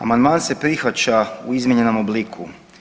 Amandman se prihvaća u izmijenjenom obliku.